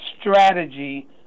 strategy